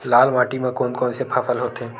लाल माटी म कोन कौन से फसल होथे?